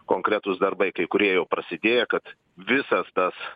konkretūs darbai kai kurie jau prasidėjo kad visas tas